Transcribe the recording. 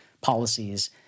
policies